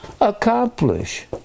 accomplish